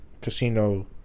casino